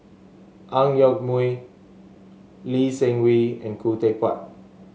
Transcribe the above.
Ang Yoke Mooi Lee Seng Wee and Khoo Teck Puat